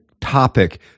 topic